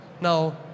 Now